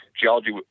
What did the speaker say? geology